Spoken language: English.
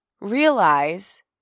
realize